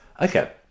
okay